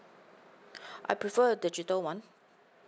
I prefer a digital one